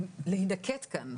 להינקט כאן,